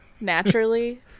naturally